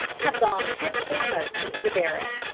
have gone head foremost into the barrow.